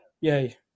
yay